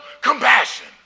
compassion